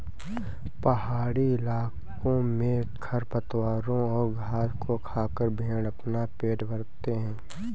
पहाड़ी इलाकों में खरपतवारों और घास को खाकर भेंड़ अपना पेट भरते हैं